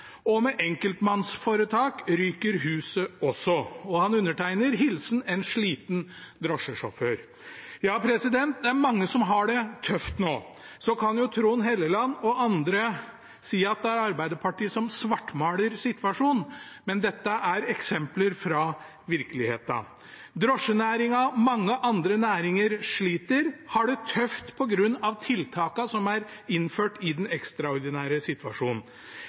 og med enkeltmannsforetak ryker huset også. Han undertegner «hilsen en sliten drosjesjåfør». Ja, det er mange som har det tøft nå. Så kan jo Trond Helleland og andre si at det er Arbeiderpartiet som svartmaler situasjonen, men dette er eksempler fra virkeligheten. Drosjenæringen og mange andre næringer sliter og har det tøft på grunn av tiltakene som er innført i den ekstraordinære situasjonen.